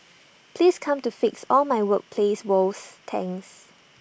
please come to fix all my workplace woes thanks